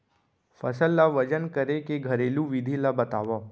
फसल ला वजन करे के घरेलू विधि ला बतावव?